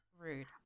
rude